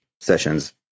sessions